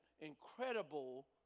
incredible